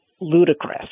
Ludicrous